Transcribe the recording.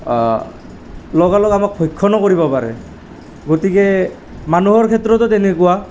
লগালগ আমাক ভক্ষণো কৰিব পাৰে গতিকে মানুহৰ ক্ষেত্ৰতো তেনেকুৱা